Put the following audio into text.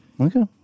okay